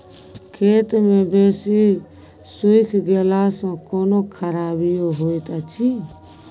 खेत मे बेसी सुइख गेला सॅ कोनो खराबीयो होयत अछि?